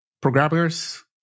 programmers